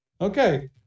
okay